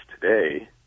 today